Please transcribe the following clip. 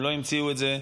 הם לא המציאו את זה.